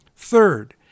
Third